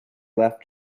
left